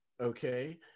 okay